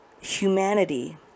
humanity